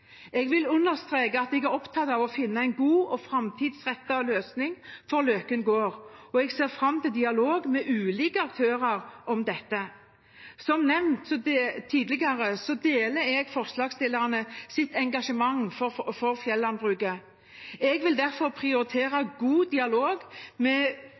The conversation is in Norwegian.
Jeg vil understreke at jeg er opptatt av å finne en god og framtidsrettet løsning for Løken Gård, og jeg ser fram til dialog med ulike aktører om dette. Som nevnt tidligere deler jeg forslagsstillernes engasjement for fjellandbruket. Jeg vil derfor prioritere god dialog med